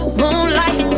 moonlight